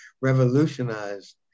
revolutionized